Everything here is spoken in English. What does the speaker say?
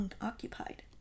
unoccupied